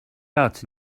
out